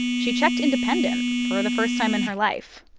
she checked independent for the first time in her life.